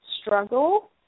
struggle